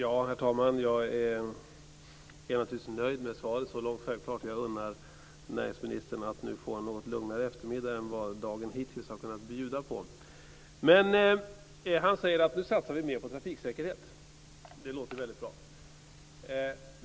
Herr talman! Jag är naturligtvis nöjd med svaret så långt. Jag unnar näringsministern att få en något lugnare eftermiddag än vad dagen hittills har kunnat bjuda på. Näringsministern säger att man nu satsar mer på trafiksäkerhet, och det låter väldigt bra.